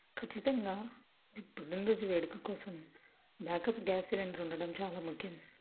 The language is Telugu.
ఖచ్చితంగా ఈ పుట్టిన రోజు వేడుక కోసం బ్యాకప్ గ్యాస్ సిలిండర్ ఉండడం చాలా ముఖ్యం